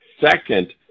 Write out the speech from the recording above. Second